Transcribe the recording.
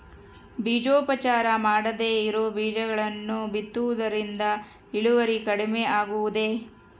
ಬೇಜೋಪಚಾರ ಮಾಡದೇ ಇರೋ ಬೇಜಗಳನ್ನು ಬಿತ್ತುವುದರಿಂದ ಇಳುವರಿ ಕಡಿಮೆ ಆಗುವುದೇ?